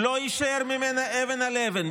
לא יישאר ממנה אבן על אבן.